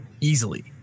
easily